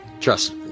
trust